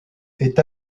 est